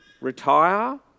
retire